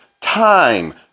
time